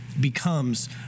becomes